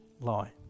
lie